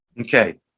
Okay